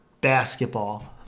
basketball